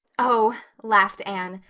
oh, laughed anne,